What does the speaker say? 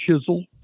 chisel